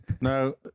No